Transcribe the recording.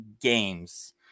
games